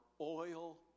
oil